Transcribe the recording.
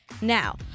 Now